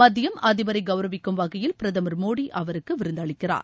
மதியம் அதிபரை கவுரவிக்கும் வகையில் பிரதமர் மோடி அவருக்கு விருந்தளிக்கிறார்